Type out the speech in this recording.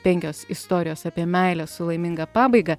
penkios istorijos apie meilę su laiminga pabaiga